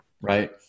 right